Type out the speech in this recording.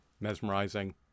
mesmerizing